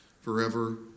forever